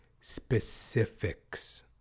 specifics